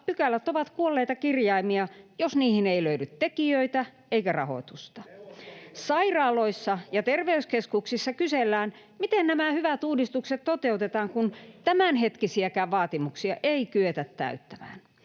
pykälät ovat kuolleita kirjaimia, jos ei löydy tekijöitä eikä rahoitusta. Sairaaloissa ja terveyskeskuksissa kysellään, miten nämä hyvät uudistukset toteutetaan, kun tämänhetkisiäkään vaatimuksia ei kyetä täyttämään.